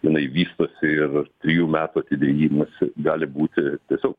jinai vystosiir trijų metų atidėjimas gali būti tiesiog